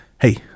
hey